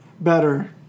better